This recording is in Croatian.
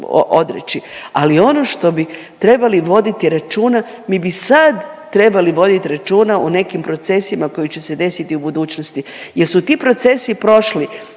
ali ono što bi trebali voditi računa mi bi sad trebali voditi računa o nekim procesima koji će se desiti u budućnosti jer su ti procesi prošli,